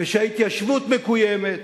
וההתיישבות מקוימת